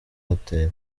hotel